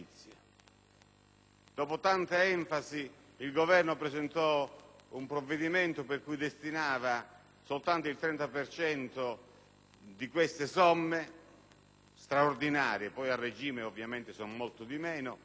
dopo tanta enfasi, il Governo ha presentato un provvedimento per cui destinava soltanto il 30 per cento di quelle somme straordinarie - poi a regime ovviamente sono molto di meno